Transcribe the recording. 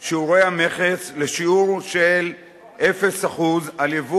שיעורי המכס לשיעור של 0% על יבוא